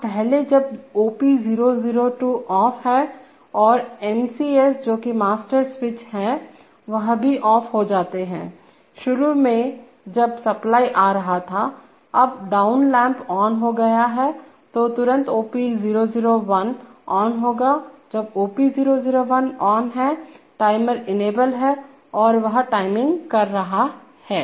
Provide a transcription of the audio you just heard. अब पहले जब OP002 ऑफ है और MCS जोकि मास्टर स्विच है वह भी ऑफ हो जाते हैं शुरू में जब सप्लाई आ रहा था अब डाउन लैंप ऑन हो गया है तो तुरंत OP001 ऑन होगा जब OP001 ऑन है टाइमर इनेबल है और वह टाइमिंग कर रहा है